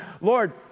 Lord